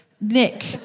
Nick